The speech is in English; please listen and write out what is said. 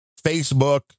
Facebook